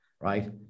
right